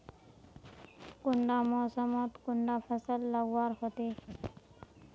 कुंडा मोसमोत कुंडा फसल लगवार होते?